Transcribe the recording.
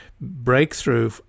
breakthrough